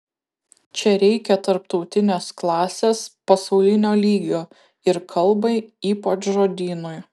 čia reikia tarptautinės klasės pasaulinio lygio ir kalbai ypač žodynui